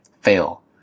fail